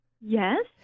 Yes